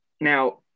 now